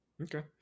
okay